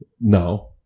No